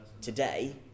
today